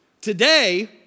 Today